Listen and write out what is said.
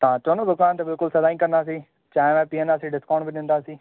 तव्हां अचो न दुकान ते बिल्कुलु सदा ई कंदासीं चांहि वांहि पीअंदासीं डिस्काउंट बि ॾींदासीं